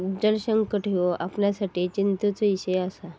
जलसंकट ह्यो आपणासाठी चिंतेचो इषय आसा